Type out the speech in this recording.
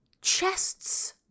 chests